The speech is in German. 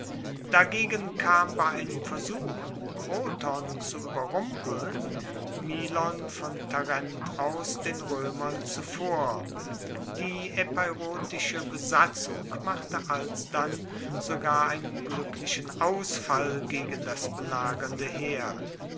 dagegen kam bei einem versuch kroton zu ueberrumpeln milon von tarent aus den roemern zuvor die epeirotische besatzung machte alsdann sogar einen gluecklichen ausfall gegen das belagernde heer